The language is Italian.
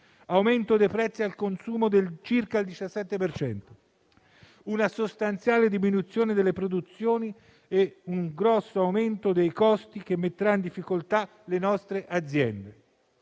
aumento dei prezzi al consumo di circa il 17 per cento; una sostanziale diminuzione delle produzioni e un grosso aumento dei costi, che metterà in difficoltà le nostre aziende;